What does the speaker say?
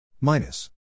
minus